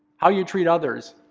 how you treat others,